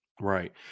Right